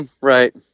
Right